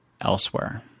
elsewhere